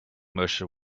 motion